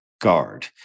guard